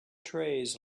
trays